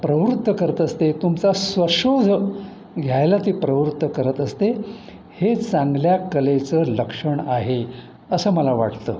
प्रवृत्त करत असते तुमचा स्वशोध घ्यायला ते प्रवृत्त करत असते हे चांगल्या कलेचं लक्षण आहे असं मला वाटतं